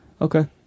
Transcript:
Okay